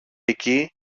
εκεί